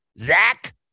Zach